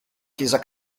chiesa